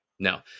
No